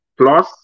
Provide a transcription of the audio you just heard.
plus